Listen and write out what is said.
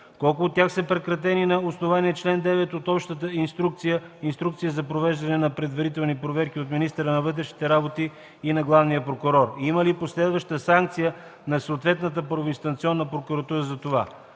Колко от тях са прекратени на основание чл. 9 от Общата инструкция за провеждане на предварителни проверки от министъра на вътрешните работи и на главния прокурор? Има ли последваща санкция на съответната първоинстанционна прокуратура за това?